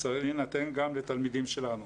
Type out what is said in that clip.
הוא צריך להינתן גם לתלמידים שלנו.